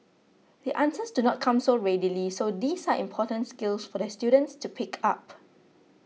the answers do not come so readily so these are important skills for the students to pick up